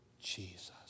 Jesus